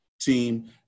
team